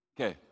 Okay